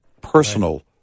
personal